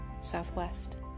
Southwest